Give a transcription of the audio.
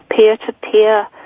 peer-to-peer